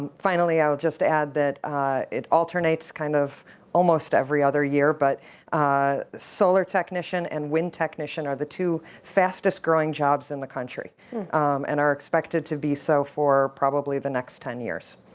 and finally i'll just add that it alternates kind of almost every other year but solar technician and wind technician are the two fastest growing jobs in the country and are expected to be so for probably the next ten years.